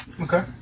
Okay